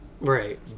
Right